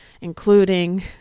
including